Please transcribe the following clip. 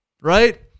right